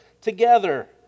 together